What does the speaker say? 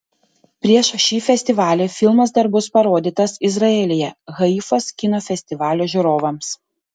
prieš šį festivalį filmas dar bus parodytas izraelyje haifos kino festivalio žiūrovams